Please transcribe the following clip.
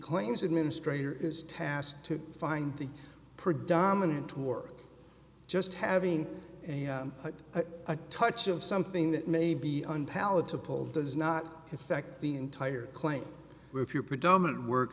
claims administrator is tasked to find the predominant work just having a touch of something that may be unpalatable does not effect the entire claim if your predominant work